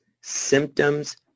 symptoms